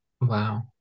Wow